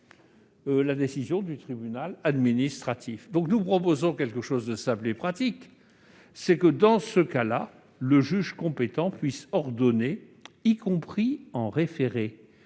la décision du tribunal administratif ! Nous proposons donc quelque chose de simple et pratique : que, dans ce genre de cas, le juge compétent puisse ordonner, y compris en référé,